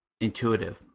intuitive